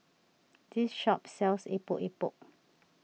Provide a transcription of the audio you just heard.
this shop sells Epok Epok